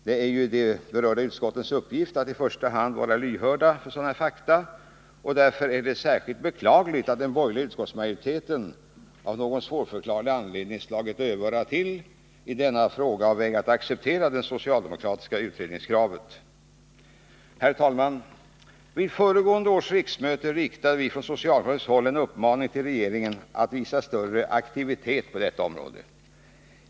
Det är ju de berörda utskottens uppgift att i första hand vara lyhörda för sådana fakta, och därför är det särskilt beklagligt att den borgerliga utskottsmajoriteten av någon svårförklarlig anledning slagit dövörat till i denna fråga och vägrat acceptera det socialdemokratiska utredningskravet. Herr talman! Vid föregående års riksmöte riktade vi från socialdemokratiskt håll en uppmaning till regeringen att visa större aktivitet på detta område.